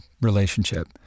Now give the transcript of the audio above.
relationship